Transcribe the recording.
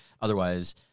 otherwise